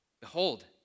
Behold